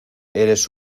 eres